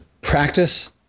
practice